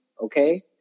okay